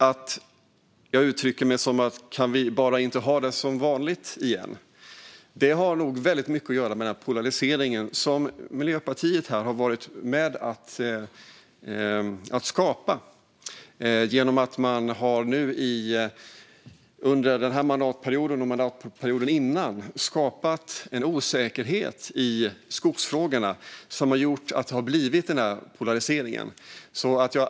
Att jag uttrycker mig som att vi bara skulle vilja ha det som vanligt igen har nog mycket att göra med den polarisering som Miljöpartiet har varit med och skapat. Man har under den här mandatperioden och mandatperioden före skapat en osäkerhet i skogsfrågorna, vilket har lett till den här polariseringen.